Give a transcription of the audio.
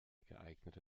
geeignete